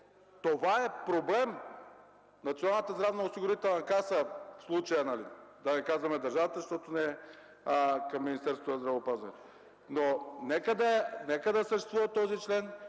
Това е проблем на Националната здравноосигурителна каса в случая, да не казваме на държавата, защото не е към Министерството на здравеопазването. Но нека да съществува този член